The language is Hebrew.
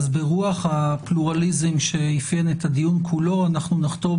ברוח הפלורליזם שאפיין את הדיון כולו אנחנו נחתום